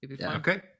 Okay